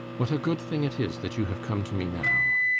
what a good thing it is that you have come to me now.